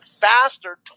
faster